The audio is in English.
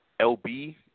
LB